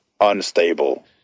unstable